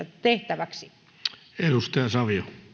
tehtäväksi arvoisa